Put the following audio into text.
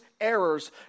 Errors